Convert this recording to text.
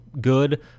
good